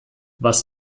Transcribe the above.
was